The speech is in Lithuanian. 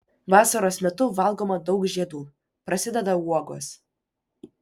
vasaros metu valgoma daug žiedų prasideda uogos